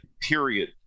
period